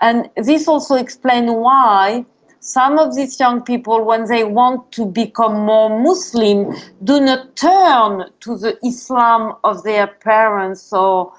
and this also explains why some of these young people when they want to become more muslim do not turn to the islam of their parents or so